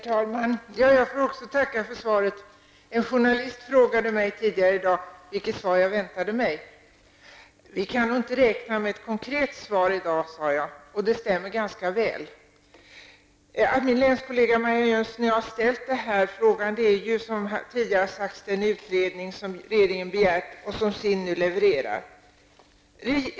Herr talman! Jag får också tacka för svaret. En journalist frågade mig tidigare i dag vilket svar jag väntade mig. Vi kan nog inte räkna med ett konkret svar i dag, sade jag. Det stämmer ganska väl. Att min länskollega Marianne Jönsson och jag har ställt den här frågan beror som tidigare sagts på den utredning som regeringen har begärt och som SIND nu levererar.